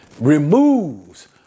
removes